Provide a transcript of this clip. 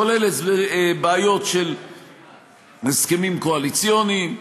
כולל בעיות של הסכמים קואליציוניים,